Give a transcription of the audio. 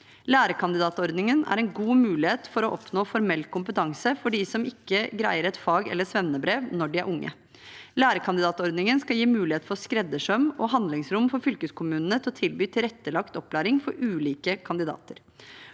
Lærekandidatordningen er en god mulighet til å oppnå formell kompetanse for dem som ikke greier et fag- eller svennebrev når de er unge. Lærekandidatordningen skal gi mulighet for skreddersøm og handlingsrom for fylkeskommunene til å tilby tilrettelagt opplæring for ulike kandidater.